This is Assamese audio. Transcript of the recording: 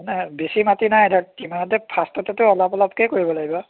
মানে বেছি মাটি নাই ধৰ কিমানতে ফাৰ্ষ্টটেতো অলপ অলপকৈয়ে কৰিব লাগিব